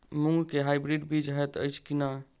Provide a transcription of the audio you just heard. मूँग केँ हाइब्रिड बीज हएत अछि की नै?